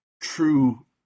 true